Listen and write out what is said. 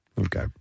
Okay